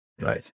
Right